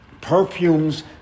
perfumes